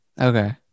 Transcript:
Okay